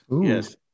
Yes